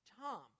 tom